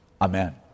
Amen